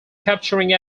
capturing